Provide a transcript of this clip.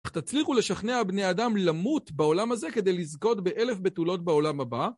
איך תצליחו לשכנע בני אדם למות בעולם הזה כדי לזכות באלף בתולות בעולם הבא?